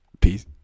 Peace